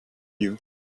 you